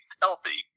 healthy